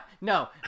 No